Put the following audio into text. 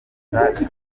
gaheshyi